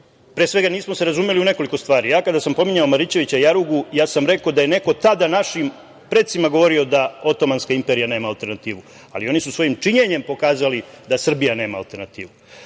Pre svega nismo se razumeli u nekoliko stvari. Ja kada sam pominjao Marićevića jarugu, ja sam rekao da je neko tada našim precima govorio da Otomanska imperija nema alternativu, ali oni su svojim činjenjem pokazali da Srbija nema alternativu. Druga